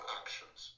actions